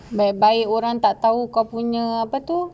baik-baik orang tak tahu kau punya apa tu